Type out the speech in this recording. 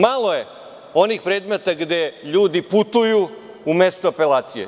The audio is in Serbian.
Malo je onih predmeta gde ljudi putuju u mesta apelacije.